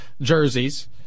jerseys